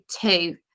two